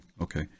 Okay